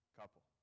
couple